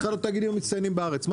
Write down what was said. אחד התאגידים המצטיינים בארץ.